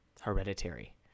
Hereditary